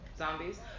zombies